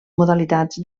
modalitats